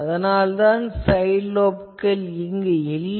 ஆதலால்தான் இதில் சைட் லோப்கள் இல்லை